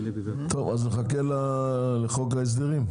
טוב, אז נחכה לחוק ההסדרים.